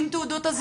עם תעודות הזהות,